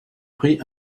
prix